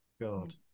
God